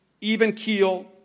even-keel